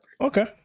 Okay